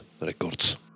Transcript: Records